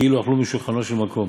כאילו אכלו משולחנו של מקום,